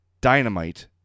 dynamite